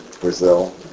Brazil